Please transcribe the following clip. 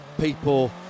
people